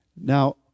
Now